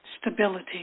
stability